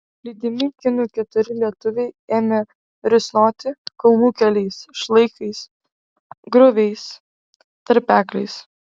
lydimi kinų keturi lietuviai ėmė risnoti kalnų keliais šlaitais grioviais tarpekliais